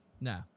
No